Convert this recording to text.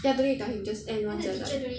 ya don't need to tell him just end [one] sia like